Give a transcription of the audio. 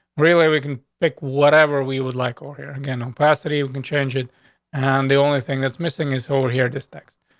really? weaken, pick whatever we was like. oh, here again, a capacity we can change it on. and the only thing that's missing is whole here, dis text.